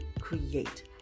Create